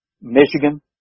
Michigan